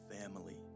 Family